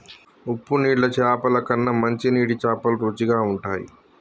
ఉప్పు నీళ్ల చాపల కన్నా మంచి నీటి చాపలు రుచిగ ఉంటయ్